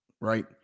Right